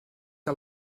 que